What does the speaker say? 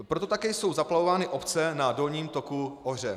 Proto také jsou zaplavovány obce na dolním toku Ohře.